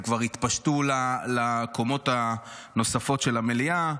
הם כבר התפשטו לקומות הנוספות של המליאה.